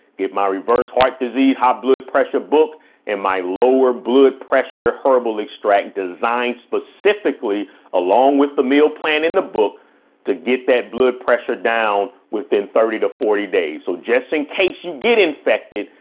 get my reverse heart disease, high blood pressure book and my lower blood pressure herbal extract designed specifically along with the meal plan in the book to get that blood pressure down within thirty to forty days. so jesse, in case you get infected,